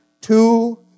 Two